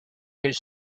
his